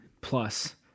plus